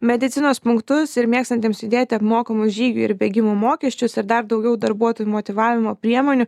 medicinos punktus ir mėgstantiems judėti apmokamus žygių ir bėgimų mokesčius ir dar daugiau darbuotojų motyvavimo priemonių